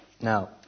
Now